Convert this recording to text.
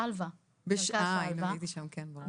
אה הייתי שם, כן ברור.